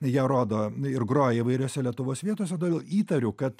ją rodo ir groja įvairiose lietuvos vietose todėl įtariu kad